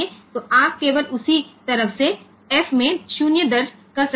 तोआप केवल उसी तरह से f में 0 दर्ज कर सकते हैं